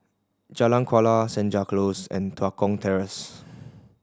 Jalan Kuala Senja Close and Tua Kong Terrace